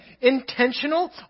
Intentional